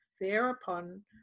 thereupon